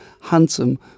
handsome